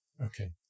Okay